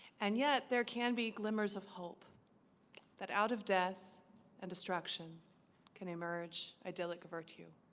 and yet there can be glimmers of hope that out of deaths and destruction can emerge idyllic avert you